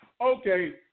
Okay